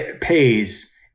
pays